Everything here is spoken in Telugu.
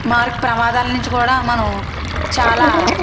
మార్క్ ప్రమాదాల నుంచి కూడా మనం చాలా